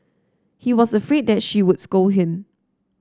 he was afraid that she would scold him